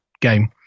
game